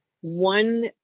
one